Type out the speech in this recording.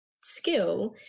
skill